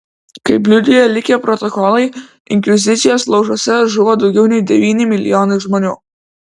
kaip liudija likę protokolai inkvizicijos laužuose žuvo daugiau nei devyni milijonai žmonių